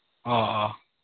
ꯑꯣ ꯑꯣ